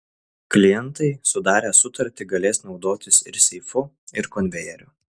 klientai sudarę sutartį galės naudotis ir seifu ir konvejeriu